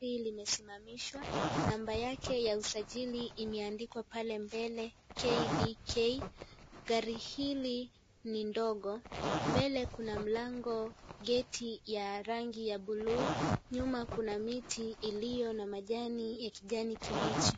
Gari limesimamishwa. Namba yake ya usajili imeandikwa pale mbele KDK. Gari hili ni ndogo. Mbele kuna mlango, geti ya rangi ya buluu. Nyuma kuna miti iliyo na majani ya kijani kibichi.